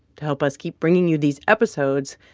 to help us keep bringing you these episodes,